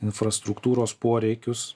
infrastruktūros poreikius